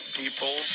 people